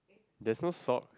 there's no sock